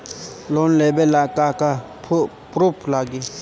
Loan लेबे ला का का पुरुफ लागि?